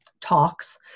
talks